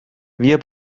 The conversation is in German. wir